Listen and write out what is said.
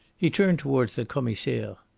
he turned towards the commissaire.